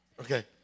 Okay